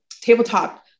tabletop